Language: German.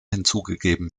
hinzugegeben